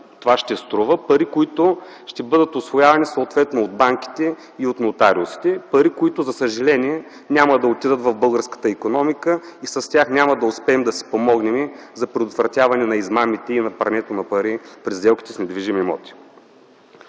Това ще струва пари, които ще бъдат усвоявани съответно от банките и от нотариусите. Пари, които, за съжаление, няма да отидат в българската икономика и с тях няма да успеем да си помогнем за предотвратяване на измамите и на прането на пари при сделките с недвижими имоти.